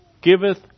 giveth